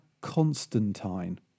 Constantine